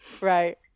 Right